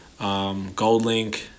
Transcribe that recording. Goldlink